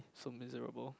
so miserable